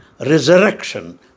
resurrection